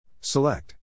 Select